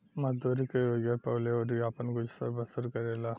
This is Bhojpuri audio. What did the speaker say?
मजदूरी के रोजगार पावेले अउरी आपन गुजर बसर करेले